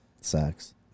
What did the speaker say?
sucks